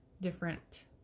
different